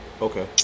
Okay